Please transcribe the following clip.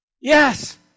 Yes